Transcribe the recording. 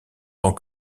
tant